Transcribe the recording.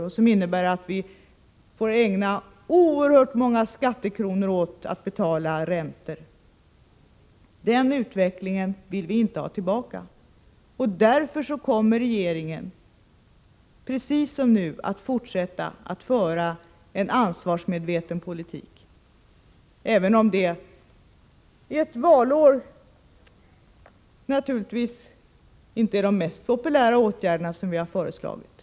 Vi får nu använda oerhört många skattekronor till att betala räntor. Den utvecklingen vill vi inte ha tillbaka. Därför kommer regeringen att — precis som nu — fortsätta att föra en ansvarsmedveten politik, även om det under ett valår inte är de mest populära åtgärderna som vi har föreslagit.